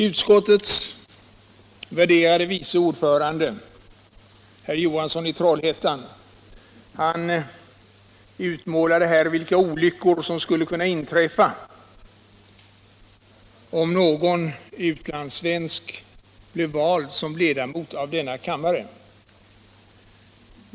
Utskottets värderade vice ordförande, herr Johansson i Trollhättan, utmålade vilken olycka som skulle kunna inträffa vid bifall till utskottets hemställan, om någon utlandssvensk blev vald till ledamot av denna kammare.